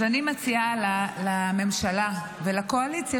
אז אני מציעה לממשלה ולקואליציה,